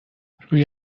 روی